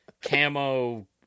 camo